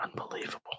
unbelievable